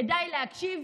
כדאי להקשיב,